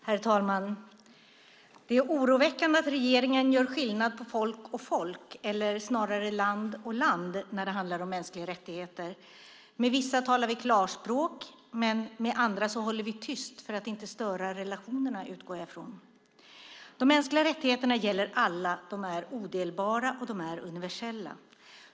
Herr talman! Det är oroväckande att regeringen gör skillnad på folk och folk, eller snarare land och land, när det handlar om mänskliga rättigheter. Med vissa talar vi klarspråk, men med andra håller vi tyst för att inte störa relationerna, utgår jag ifrån. De mänskliga rättigheterna gäller alla. De är odelbara, och de är universella.